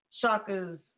Shaka's